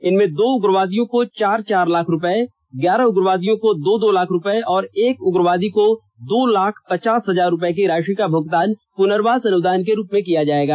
इनमें दो उग्रवादियों को चार चार लाख रुपए ग्यारह उग्रवादियों को दो दो लाख रुपए और एक उग्रवादी को दो लाख पचास हजार रुपए की राशि का भूगतान प्रनर्वास अनुदान के रुप में किया जाएगा